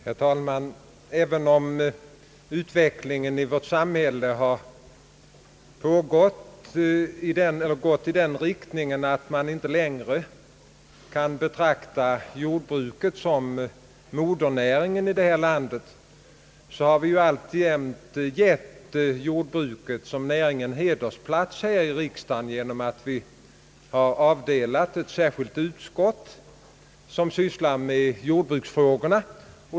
Herr talman! Även om utvecklingen i vårt samhälle har gått i den riktningen, att man inte längre kan betrakta jordbruket som modernäring i landet, har vi alltjämt givit jordbruket som näring en hedersplats här i riksdagen genom att vi avdelat ett särskilt utskott, som sysslar med jordbruksfrågorna.